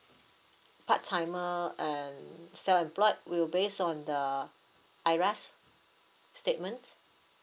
part timer and self employed we'll base on the IRAS statement